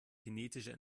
kinetischer